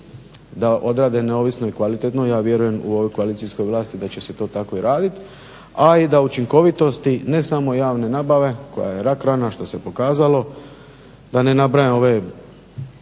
da odrade neovisno i kvalitetno i ja vjerujem u ovoj koalicijskoj vlasti da će se to tako i raditi, a i da učinkovitosti ne samo javne nabave koja je rak rana što se pokazalo da ne nabrajam ove